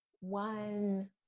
one